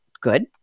Good